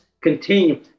continue